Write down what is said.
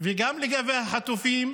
לגבי החטופים,